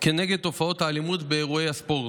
כנגד תופעות האלימות באירועי הספורט.